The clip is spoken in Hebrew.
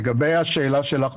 לגבי השאלה שלך,